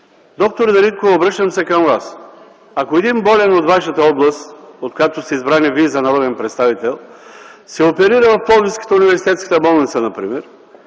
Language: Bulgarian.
Доктор Дариткова, обръщам се към Вас. Ако един болен от вашата област, откакто сте избрана Вие за народен представител, се оперира в Пловдивската университетска болница например,